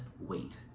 wait